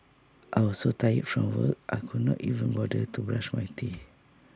I was so tired from work I could not even bother to brush my teeth